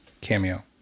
Cameo